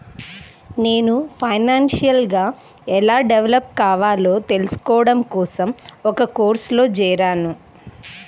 నేను ఫైనాన్షియల్ గా ఎలా డెవలప్ కావాలో తెల్సుకోడం కోసం ఒక కోర్సులో జేరాను